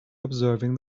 observing